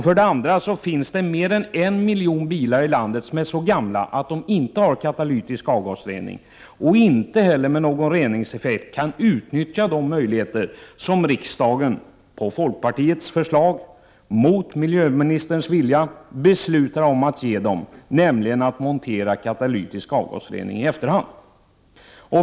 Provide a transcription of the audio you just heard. För det andra: Mer än en miljon bilar i landet är så gamla att de inte har katalytisk avgasrening och inte heller med någon reningseffekt kan utnyttja de möjligheter riksdagen — på folkpartiets förslag, mot miljöministerns vilja — beslutat om att ge dem, nämligen att montera katalytisk avgasrening i efterhand.